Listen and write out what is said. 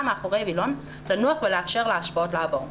מאחורי וילון לנוח ולאפשר להשפעות לעבור.